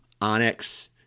Onyx